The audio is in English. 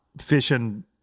fishing